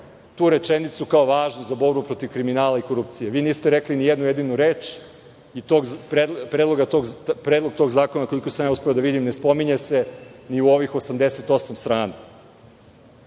tu rečenicu kao važnu za borbu protiv kriminala i korupcije. Vi niste rekli ni jednu jedinu reč i predlog tog zakona, koliko sam ja uspeo da vidim, ne spominje se ni u ovih 88 strana.